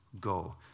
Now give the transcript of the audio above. go